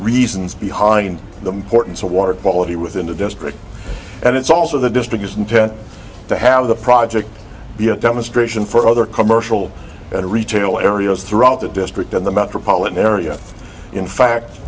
reasons behind the importance of water quality within the district and it's also the distribution tent to have the project be a demonstration for other commercial and retail areas throughout the district in the metropolitan area in fact